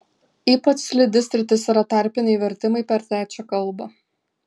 ypač slidi sritis yra tarpiniai vertimai per trečią kalbą